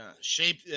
shape